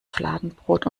fladenbrot